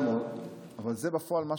אבל זה בפועל מה,